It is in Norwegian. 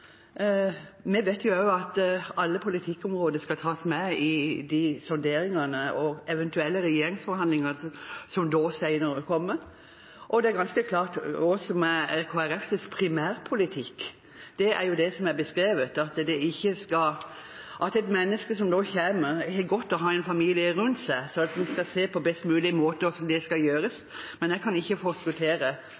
eventuelle regjeringsforhandlingene som da kommer senere, og det er ganske klart hva som er Kristelig Folkepartis primærpolitikk. Det er det som er beskrevet, at et menneske som kommer, har godt av å ha en familie rundt seg. Så vi skal se på hvordan det best mulig skal gjøres, men jeg kan ikke forskuttere her hva som